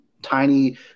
tiny